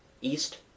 east